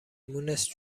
مونس